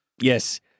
Yes